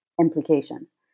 implications